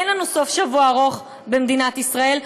אין לנו סוף-שבוע ארוך במדינת ישראל,